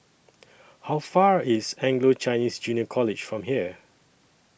How Far IS Anglo Chinese Junior College from here